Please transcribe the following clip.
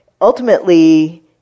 ultimately